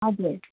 हजुर